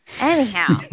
Anyhow